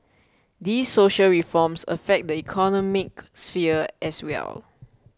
these social reforms affect the economic sphere as well